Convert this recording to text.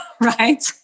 Right